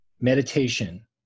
Meditation